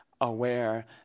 aware